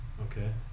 Okay